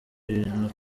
ibintu